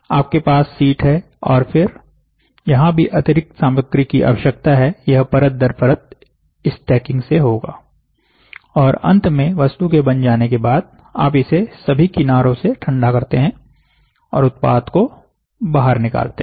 आपके पास शीट है और फिर जहां भी अतिरिक्त सामग्री की आवश्यकता है यह परत दर परत स्टैकिंग से होगा और अंत में वस्तु के बन जाने के बाद आप इसे सभी किनारों से ठंडा करते हैं और उत्पात को बाहर निकालते हैं